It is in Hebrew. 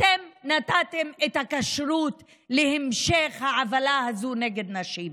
אתם נתתם את ההכשר להמשך העוולה הזו נגד נשים.